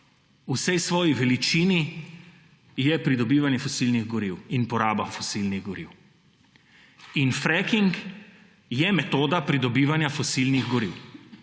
vsej svoji veličini, je pridobivanje fosilnih goriv in poraba fosilnih goriv. In fracking je metoda pridobivanje fosilnih goriv.